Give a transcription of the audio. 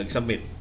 Submit